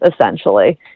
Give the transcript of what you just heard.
essentially